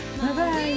Bye-bye